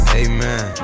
amen